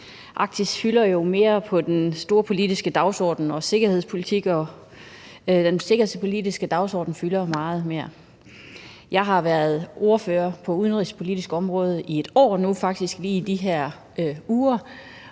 Arktis fylder jo mere på den storpolitiske dagsorden, og sikkerhedspolitik og den sikkerhedspolitiske dagsorden fylder meget mere. Jeg har været ordfører på det udenrigspolitiske område i et år nu,